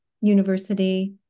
University